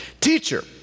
Teacher